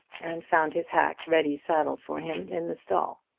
and found his hack ready saddled for him in the stall.